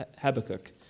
Habakkuk